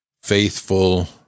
faithful